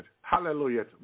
Hallelujah